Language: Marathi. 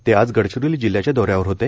ते आज गडचिरोली जिल्ह्याचा दौ यावर होते